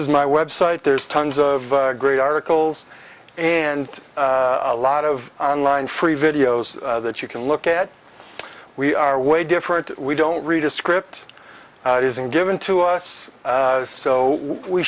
is my web site there's tons of great articles and a lot of online free videos that you can look at we are way different we don't read a script it isn't given to us so we